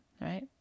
right